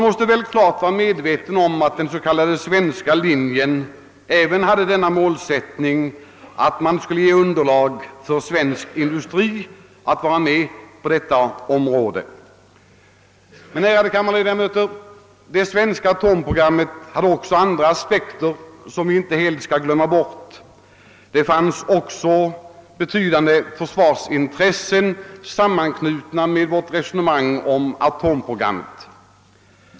Målsättningen för den s.k. svenska linjen var ju att även svensk industri skulle kunna deltaga i verksamheten. Men, ärade kammarledamöter, det svenska atomprogrammet hade också andra aspekter, som vi inte helt skall glömma. Även betydande försvarsintressen var knutna till vårt resonemang om atomprogrammet.